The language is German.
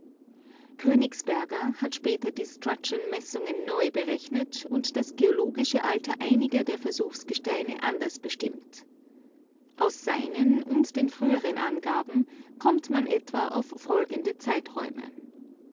königsberger hat später die struttschen messungen neu berechnet und das geologische alter einiger der versuchsgesteine anders bestimmt aus seinen und den früheren angaben kommt man etwa auf die folgenden zeiträume